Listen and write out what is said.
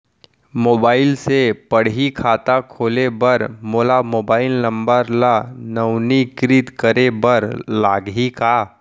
Mobile से पड़ही खाता खोले बर मोला मोबाइल नंबर ल नवीनीकृत करे बर लागही का?